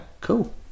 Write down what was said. Cool